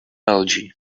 algae